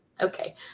Okay